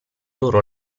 loro